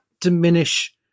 diminish